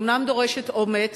היא אומנם דורשת אומץ,